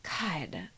God